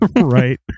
Right